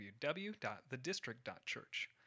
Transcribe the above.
www.thedistrict.church